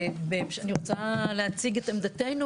אני רוצה להציג את עמדתנו